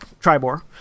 Tribor